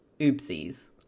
Oopsies